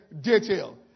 detail